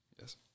Yes